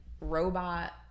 robot